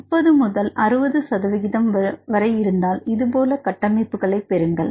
30 முதல் 60 சதவீதம் வரை இருந்தால் இதுபோல கட்டமைப்புகளைப் பெறுங்கள்